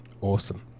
Awesome